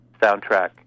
soundtrack